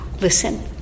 listen